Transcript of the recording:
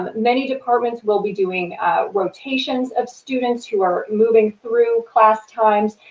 um many departments will be doing rotations of students who are moving through class times.